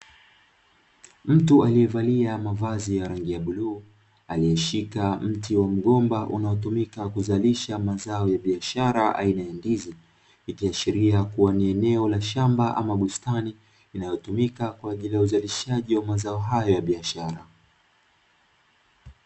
Mtu aliyevalia mavazi ya rangi ya bluu, aliyeshika mti wa mgomba unaotumika kuzalisha mazao ya biashara aina ya ndizi, ikiashiria kuwa ni eneo la shamba ama bustani; inayotumika kwa ajili ya uzalishaji wa mazao hayo ya biashara.